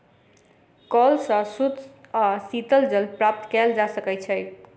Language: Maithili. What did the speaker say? कअल सॅ शुद्ध आ शीतल जल प्राप्त कएल जा सकै छै